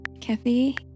Kathy